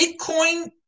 Bitcoin